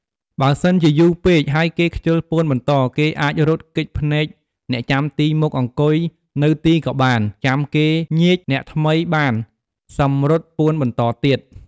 បើសិនជាយូរពេក ហើយគេខ្ជិលពួនបន្ត គេអាចរត់គេចភ្នែកអ្នកចាំទីមកអង្គុយនៅទីក៏បាន ចាំគេញៀចអ្នកថ្មីបាន សិមរត់ពួនបន្តទៀត។